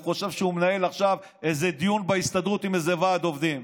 הוא חושב שהוא מנהל עכשיו איזה דיון בהסתדרות עם איזה ועד עובדים.